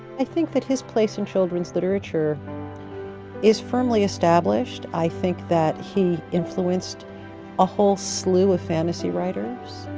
i think that his place in children's literature is firmly established. i think that he influenced a whole slew of fantasy writers.